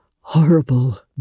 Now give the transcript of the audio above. horrible